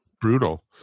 brutal